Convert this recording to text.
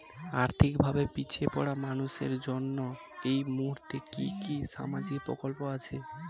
আর্থিক ভাবে পিছিয়ে পড়া মানুষের জন্য এই মুহূর্তে কি কি সামাজিক প্রকল্প আছে?